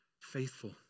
faithful